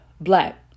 black